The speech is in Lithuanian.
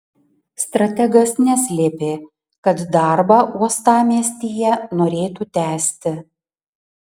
strategas neslėpė kad darbą uostamiestyje norėtų tęsti